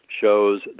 shows